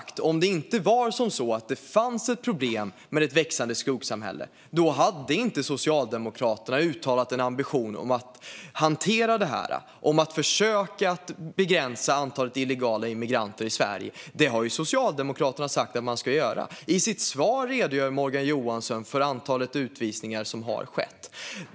Om det inte fanns ett problem med ett växande skuggsamhälle hade inte Socialdemokraterna uttalat en ambition om att hantera det här och om att försöka begränsa antalet illegala immigranter i Sverige. Det har Socialdemokraterna sagt att man ska göra. I sitt svar redogör Morgan Johansson för antalet utvisningar som har skett.